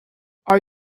are